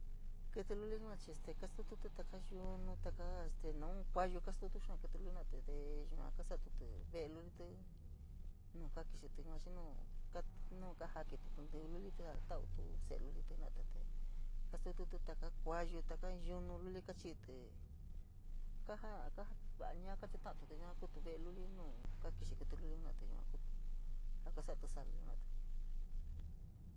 Kɨtɨ luli yua chii este kastotuti taka yunu, taka naun kuayo kastutu xáá kitɨ xii luli yua jenatɨ kasatutɨ ve'e lulilɨ nu ka kɨxiti xii yua nuu kajakitɨ ntɨvɨ lulilɨ a tautɨ se'e lulitɨ jena'ate tee jastututɨ taka kuayo, taka in yunu luli kachi'itɨ te, kaja, kaja va'a ñaa ka chuta'atɨ te yua kutu ve'e luli nuu kaa kixi kɨtɨ luli jena'ate yua kutu ja kasa'a tɨsaa luli yua jena'alɨ.